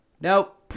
nope